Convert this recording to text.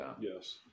yes